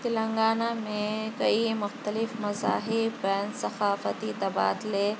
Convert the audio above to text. تِلنگانہ میں کئی مختلف مذاہب بین ثقافتی تبادلے